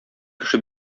кеше